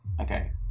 okay